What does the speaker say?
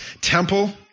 temple